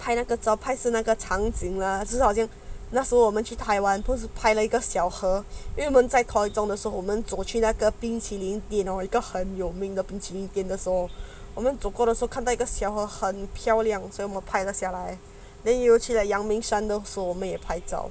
拍那个照拍是那个场景 ah 就是好像那时我们拍了一个小河因为我们在 corridor 中的时候我们走去那个冰淇淋店一个很有名的冰淇淋店的时候我们走过的时候看到一个小河很漂亮所以我们拍了下来 then 尤其在阳明山的时候我们也拍照